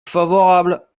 favorable